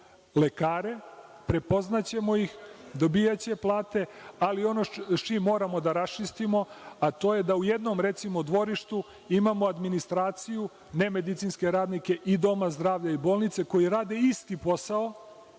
lekare, prepoznaćemo ih, dobijaće plate, ali ono sa čim moramo da raščistimo jeste da u jednom, recimo, dvorištu imamo administraciju, nemedicinske radnike i doma zdravlja i bolnice koji rade isti posao,